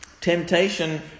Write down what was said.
Temptation